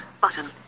button